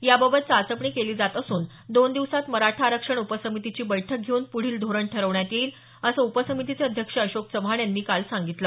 याबाबत चाचपणी केली जात असून दोन दिवसात मराठा आरक्षण उपसमितीची बैठक घेऊन पुढील धोरण ठरवण्यात येईल असं उपसमितीचे अध्यक्ष अशोक चव्हाण यांनी काल सांगितलं